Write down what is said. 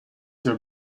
your